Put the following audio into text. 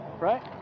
Right